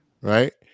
Right